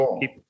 keep